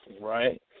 Right